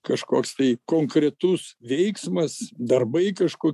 kažkoks tai konkretus veiksmas darbai kažkokie